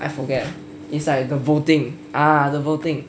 I forget it's like the voting ah the voting